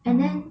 oh